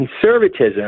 conservatism